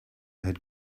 had